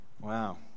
Wow